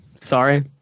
Sorry